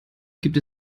gibt